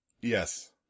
Yes